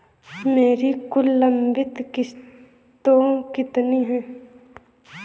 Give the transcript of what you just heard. मेरी कुल लंबित किश्तों कितनी हैं?